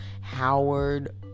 howard